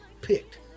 picked